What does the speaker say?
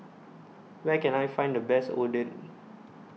Where Can I Find The Best Oden